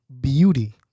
beauty